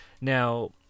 Now